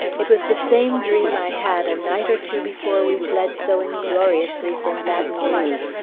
it was the same dream i had a night or two before we fled so ingloriously from baton rouge,